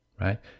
right